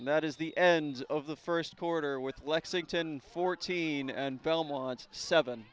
and that is the end of the first quarter with lexington fourteen and belmont seven